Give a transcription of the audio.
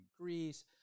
Greece